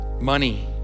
money